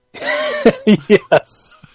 yes